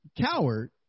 Coward